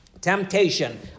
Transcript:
Temptation